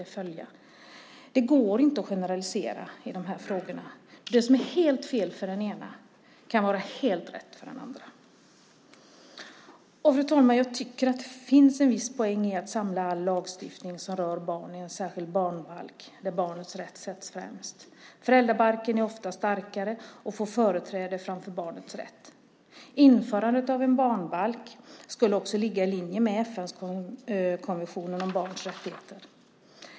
Det går inte att generalisera i de här frågorna. Det som är helt fel för den ena kan vara helt rätt för den andra. Fru talman! Jag tycker att det finns en viss poäng i att samla all lagstiftning som rör barn i en särskild barnbalk där barnets rätt sätts främst. Föräldrabalken är ofta starkare och får företräde framför barnets rätt. Införandet av en barnbalk skulle också ligga i linje med FN:s konvention om barns rättigheter.